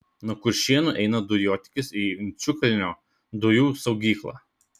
nuo kuršėnų eina dujotiekis į inčukalnio dujų saugyklą